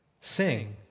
Sing